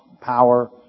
power